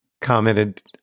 commented